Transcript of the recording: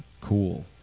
cool